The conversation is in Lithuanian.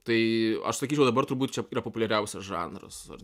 tai aš sakyčiau dabar turbūt čia yra populiariausias žanras ar